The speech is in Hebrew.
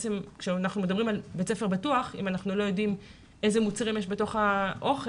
וכשאנחנו מדברים על בית ספר בטוח ולא יודעים איזה מוצרים יש בתוך האוכל